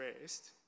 rest